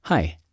Hi